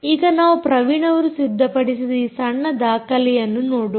ಈಗ ನಾವು ಪ್ರವೀಣ್ ಅವರು ಸಿದ್ಧಪಡಿಸಿದ ಈ ಸಣ್ಣ ದಾಖಲೆಯನ್ನು ನೋಡೋಣ